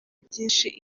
byinshi